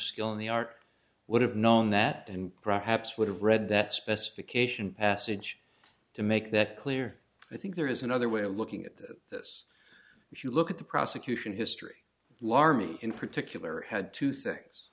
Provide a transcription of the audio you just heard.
skill in the art would have known that and perhaps would have read that specification passage to make that clear i think there is another way of looking at that this if you look at the prosecution history larman in particular had two things